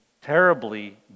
terribly